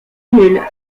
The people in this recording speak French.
nul